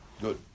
Good